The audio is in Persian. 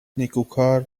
نیکوکار